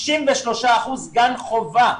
93% גן חובה.